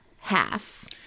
half